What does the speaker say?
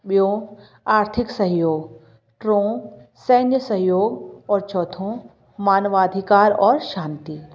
ॿियो आर्थिक सहयोग टियों सेन्य सहयोग और चौथों मानव अधिकार और शांति